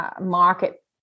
market